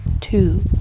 Two